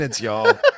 y'all